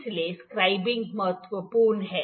इसलिए स्क्रिबिंग महत्वपूर्ण है